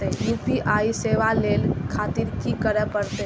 UPI सेवा ले खातिर की करे परते?